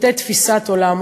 שמבטא תפיסת עולם,